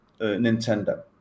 Nintendo